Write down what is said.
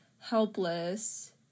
helpless